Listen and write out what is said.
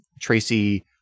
Tracy